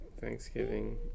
Thanksgiving